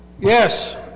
Yes